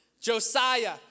Josiah